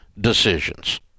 decisions